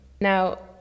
Now